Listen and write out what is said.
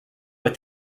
but